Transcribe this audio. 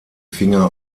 finger